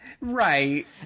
Right